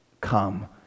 come